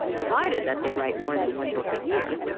provided that they write more than one book a year.